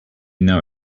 know